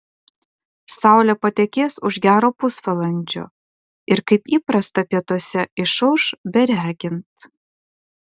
saulė patekės už gero pusvalandžio ir kaip įprasta pietuose išauš beregint